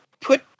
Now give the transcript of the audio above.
put